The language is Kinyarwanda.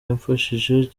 yamfashije